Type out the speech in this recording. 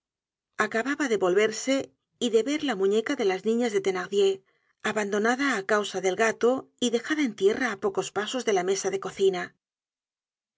acababa de volverse y de ver la muñeca de las niñas de thenardier abandonada á causa del gato y dejada en tierra á pocos pasos de la mesa de cocina